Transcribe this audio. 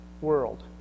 world